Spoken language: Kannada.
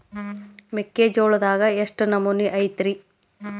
ಮೆಕ್ಕಿಜೋಳದಾಗ ಎಷ್ಟು ನಮೂನಿ ಐತ್ರೇ?